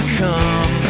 come